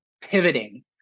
pivoting